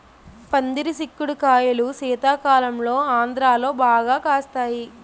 పందిరి సిక్కుడు కాయలు శీతాకాలంలో ఆంధ్రాలో బాగా కాస్తాయి